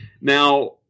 Now